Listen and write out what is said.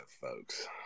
folks